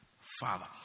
father